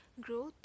growth